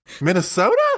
Minnesota